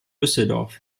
düsseldorf